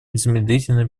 незамедлительно